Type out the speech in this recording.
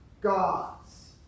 God's